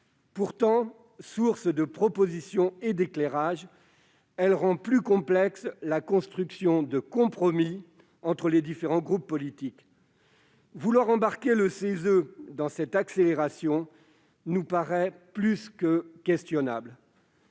pourtant source de propositions et d'éclairages. Elle rend au contraire plus complexe la construction de compromis entre les différents groupes politiques. Vouloir embarquer le CESE dans cette accélération nous paraît plus que questionnable.